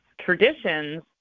traditions